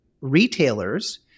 retailers